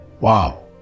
Wow